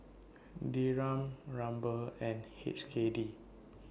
Dirham Ruble and H K D